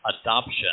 adoption